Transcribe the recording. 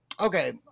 okay